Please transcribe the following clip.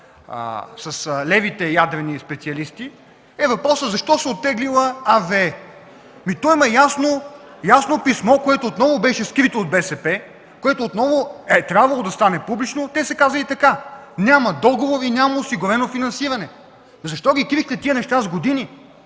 с левите ядрени специалисти, е въпросът защо се е оттеглила RWE? Има ясно писмо, което отново беше скрито от БСП, което отново е трябвало да стане публично. Те са казали така: „Няма договор и няма осигурено финансиране”. Защо крихте тези неща с години?